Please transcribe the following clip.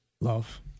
Love